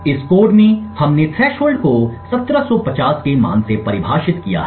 इस कोड में हमने थ्रेशोल्ड को 1750 के मान से परिभाषित किया है